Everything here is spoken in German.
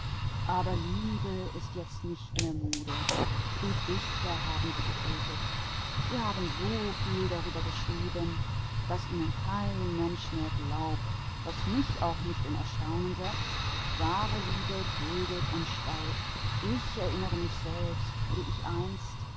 aber die liebe ist nicht mehr mode und die dichter haben sie getötet sie schrieben so viel über sie daß ihnen niemand mehr glaubte was mich nicht wundert denn wahre liebe leidet und schweigt ich erinnere mich wie ich